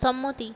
সম্মতি